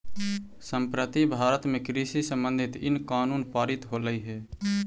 संप्रति भारत में कृषि संबंधित इन कानून पारित होलई हे